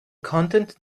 content